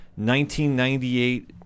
1998